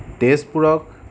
তেজপুৰক